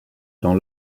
dans